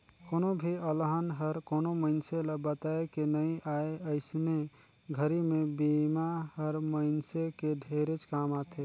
कोनो भी अलहन हर कोनो मइनसे ल बताए के नइ आए अइसने घरी मे बिमा हर मइनसे के ढेरेच काम आथे